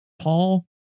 Paul